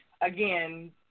again